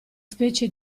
specie